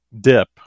Dip